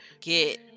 get